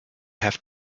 have